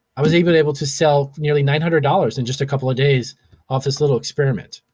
i was even able to sell nearly nine hundred dollars in just a couple of days off this little experiment.